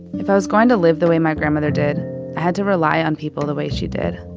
if i was going to live the way my grandmother did, i had to rely on people the way she did